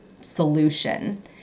solution